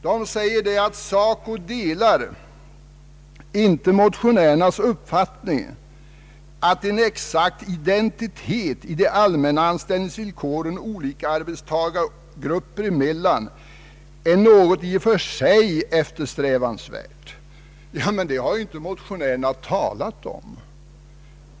SACO säger sig inte dela motionärernas uppfaitning att en exakt identitet i de allmänna anställningsvillkoren olika arbetstagargrupper emellan är något i och för sig eftersträvansvärt. Men det har inte motionärerna talat om.